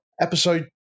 Episode